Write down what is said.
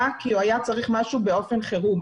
בא כי הוא היה צריך משהו באופן חירום.